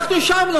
אנחנו ישבנו.